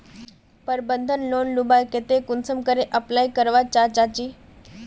प्रबंधन लोन लुबार केते कुंसम करे अप्लाई करवा चाँ चची?